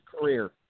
career